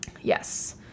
yes